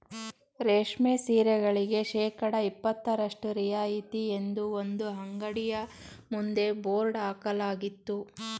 ರೇಷ್ಮೆ ಸೀರೆಗಳಿಗೆ ಶೇಕಡಾ ಇಪತ್ತರಷ್ಟು ರಿಯಾಯಿತಿ ಎಂದು ಒಂದು ಅಂಗಡಿಯ ಮುಂದೆ ಬೋರ್ಡ್ ಹಾಕಲಾಗಿತ್ತು